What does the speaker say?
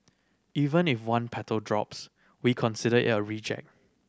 even if one petal drops we consider it a reject